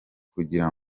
kugira